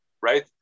right